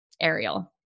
ariel